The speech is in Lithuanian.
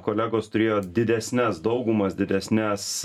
kolegos turėjo didesnes daugumas didesnes